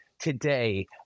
today